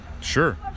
Sure